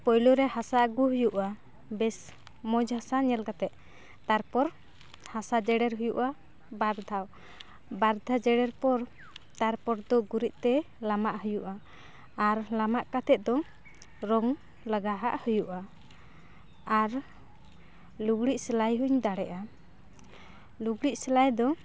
ᱯᱳᱭᱞᱳᱨᱮ ᱦᱟᱥᱟ ᱟᱹᱜᱩ ᱦᱩᱭᱩᱜᱼᱟ ᱵᱮᱥ ᱢᱚᱡᱽ ᱦᱟᱥᱟ ᱧᱮᱞ ᱠᱟᱛᱮ ᱛᱟᱨᱯᱚᱨ ᱦᱟᱥᱟ ᱟᱹᱜᱩ ᱦᱩᱭᱩᱜᱼᱟ ᱵᱟᱨ ᱫᱷᱟᱣ ᱵᱟᱨ ᱫᱷᱟᱣ ᱡᱮᱲᱮᱨ ᱯᱚᱨ ᱛᱟᱨᱯᱚᱨ ᱫᱚ ᱜᱩᱨᱤᱡᱛᱮ ᱞᱟᱢᱟᱜ ᱦᱩᱭᱩᱜᱼᱟ ᱟᱨ ᱞᱟᱢᱟᱜ ᱠᱟᱛᱮ ᱫᱚ ᱨᱚᱝ ᱞᱟᱜᱟᱦᱟᱜ ᱦᱩᱭᱩᱜᱼᱟ ᱟᱨ ᱞᱩᱜᱽᱲᱤᱡ ᱥᱮᱞᱟᱭ ᱦᱚᱧ ᱫᱟᱲᱮᱭᱟᱜᱼᱟ ᱞᱩᱜᱽᱲᱤᱡ ᱥᱮᱞᱟᱭ ᱫᱚ